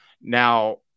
Now